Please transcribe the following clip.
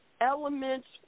elements